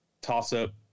Toss-up